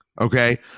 Okay